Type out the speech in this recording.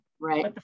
right